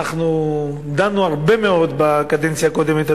דנו הרבה מאוד בקדנציה הקודמת,